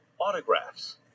autographs